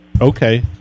Okay